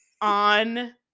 on